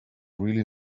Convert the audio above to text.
really